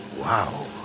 Wow